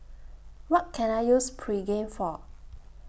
What Can I use Pregain For